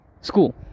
School